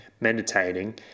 meditating